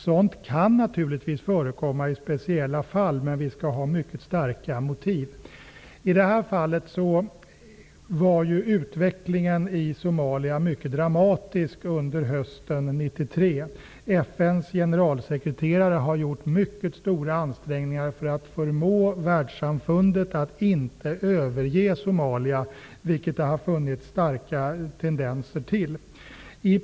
Sådant kan naturligtvis förekomma i speciella fall, men vi skall ha mycket starka motiv. I det här fallet var ju utvecklingen i Somalia mycket dramatisk under hösten 1993. FN:s generalsekreterare har gjort mycket stora ansträngningar för att förmå världssamfundet att inte överge Somalia, vilket det har funnits starka tendenser till.